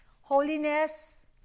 Holiness